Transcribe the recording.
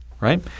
right